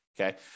Okay